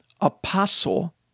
apostle